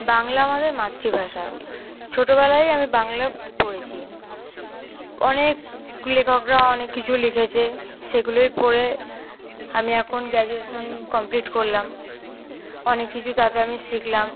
বাংলা আমাদের মাতৃভাষা ছোটোবেলায় আমি বাংলা পড়েছি অনেক লেখকরাও অনেক কিছু লিখেছে সেগুলোই পড়ে আমি এখন গ্র্যাজুয়েশন কমপ্লিট করলাম অনেক কিছু তাতে আমি শিখলাম